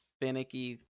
finicky